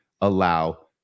allow